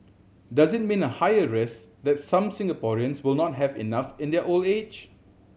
does it mean a higher risk that some Singaporeans will not have enough in their old age